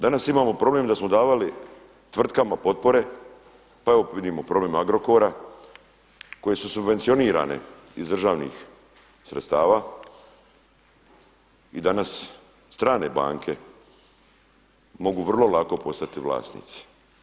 Danas imamo problem da smo davali tvrtkama potpore pa evo vidimo problem Agrokora koje su subvencionirane iz državnih sredstava i danas strane banke mogu vrlo lako postati vlasnici.